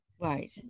right